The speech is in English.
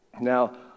Now